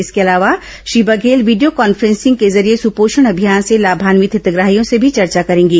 इसके अलावा Shri Baghel video conferencing के जरिये सुपोषण अभियान से लाभान्वित हितग्राहियों से चर्चा भी करेंगे